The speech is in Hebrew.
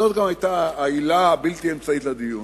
וזאת גם היתה העילה הבלתי אמצעית לדיון.